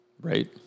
Right